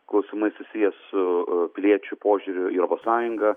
klausimai susiję su piliečių požiūriu į eurpos sąjungą